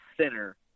center